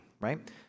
right